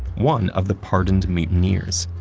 one of the pardoned mutineers.